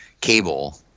cable